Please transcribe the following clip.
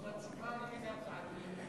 זו תשובה על איזו הצעת אי-אמון?